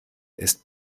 ist